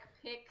pick